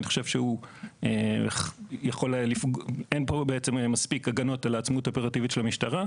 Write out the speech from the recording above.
אני חושב שאין פה מספיק הגנות על העצמאות האופרטיבית של המשטרה,